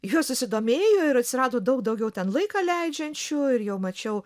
juo susidomėjo ir atsirado daug daugiau ten laiką leidžiančių ir jau mačiau